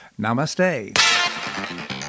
Namaste